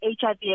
HIV